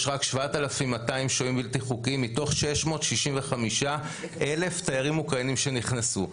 יש רק 7,200 שוהים בלתי חוקיים מתוך 665,000 תיירים אוקראינים שנכנסו.